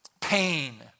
Pain